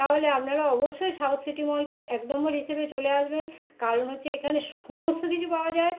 তাহলে আপনারা অবশ্যই সাউথ সিটি মলকে এক নম্বর হিসেবে চলে আসবেন কারণ হচ্ছে এখানে সমস্ত কিছু পাওয়া যায়